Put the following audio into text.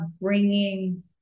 bringing